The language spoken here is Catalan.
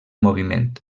moviment